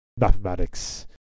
mathematics